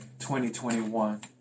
2021